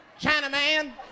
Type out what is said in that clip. Chinaman